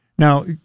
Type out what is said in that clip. Now